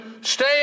stay